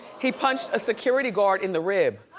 he punched a security guard in the rib.